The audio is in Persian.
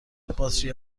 باتری